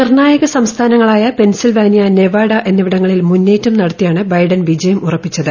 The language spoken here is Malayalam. നിർണ്ണായക സംസ്ഥാനങ്ങളായ പെൻസിൽവാനിയ നെവാഡ എന്നിവിടങ്ങളിൽ മുന്നേറ്റം നടത്തിയിരുന്ന് ബൈഡൻ വിജയം ഉറപ്പിച്ചത്